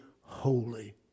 holy